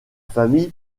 famille